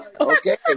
okay